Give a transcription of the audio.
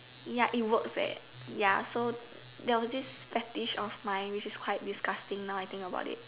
ya it works eh ya so there was this fetish of mine which is quite disgusting now I think about it